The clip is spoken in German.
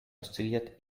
oszilliert